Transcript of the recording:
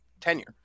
tenure